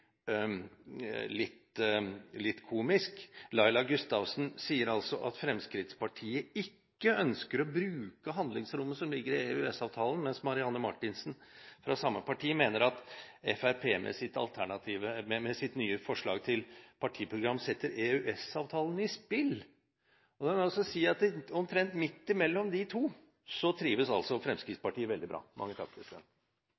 litt komisk. Laila Gustavsen sier altså at Fremskrittspartiet ikke ønsker å bruke handlingsrommet som ligger i EØS-avtalen, mens Marianne Marthinsen fra samme parti mener at Fremskrittspartiet med sitt nye forslag til partiprogram setter EØS-avtalen i spill. La meg altså si at omtrent midt imellom de to trives